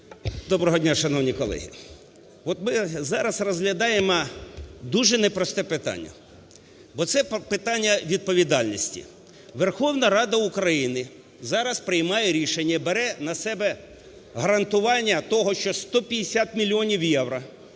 Доброго дня, шановні колеги. От ми зараз розглядаємо дуже непросте питання. Оце питання відповідальності. Верховна Рада України зараз приймає рішення, бере на себе гарантування того, що 150 мільйонів євро…